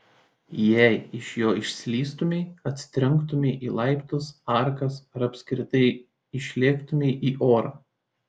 jei iš jo išslystumei atsitrenktumei į laiptus arkas ar apskritai išlėktumei į orą